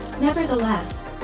Nevertheless